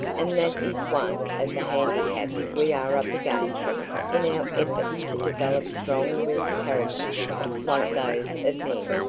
and that is one of the handicaps we are up against in our efforts to develop strong-willed characters like those of men.